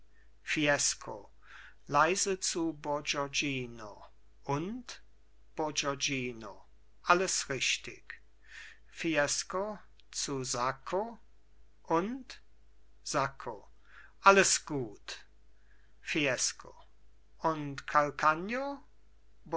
fiesco leise zu bourgognino und bourgognino alles richtig fiesco zu sacco und sacco alles gut fiesco und